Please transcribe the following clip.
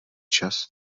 čas